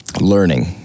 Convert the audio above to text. learning